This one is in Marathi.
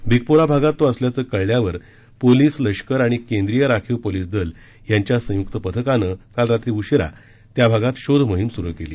बिघपोरा भागात तो असल्याचं कळल्यावर पोलीस लष्कर आणि केंद्रीय राखीव पोलीस दल यांच्या संयुक्त पथकानं काल रात्री उशिरा त्या भागात शोधमोहीम सुरु केली